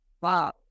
Wow